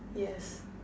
yes